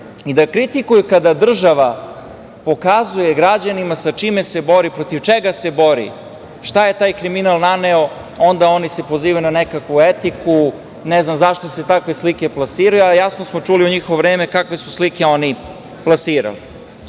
i da kritikuju kada država pokazuje građanima sa čime se bori, protiv čega se bori, šta je taj kriminal naneo, onda se oni pozivaju na nekakvu etiku, ne znam zašto se takve slike plasiraju, a jasno smo čuli u njihovo vreme kakve su slike oni plasirali. Ono